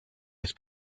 his